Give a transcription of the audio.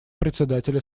председателя